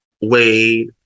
Wade